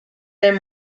den